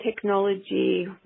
technology